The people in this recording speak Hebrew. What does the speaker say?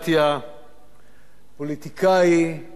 פוליטיקאי ואיש תקשורת,